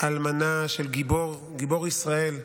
האלמנה של הגיבור, גיבור ישראל,